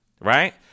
right